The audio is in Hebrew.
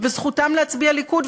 וזכותם להצביע ליכוד,